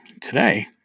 today